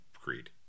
Creed